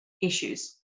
issues